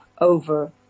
over